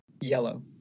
yellow